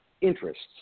interests